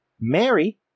Mary